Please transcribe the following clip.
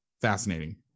fascinating